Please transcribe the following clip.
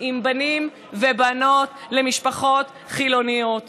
עם בנים ובנות למשפחות חילוניות.